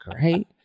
great